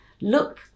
look